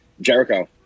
Jericho